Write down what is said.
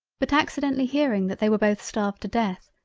but accidentally hearing that they were both starved to death,